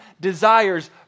desires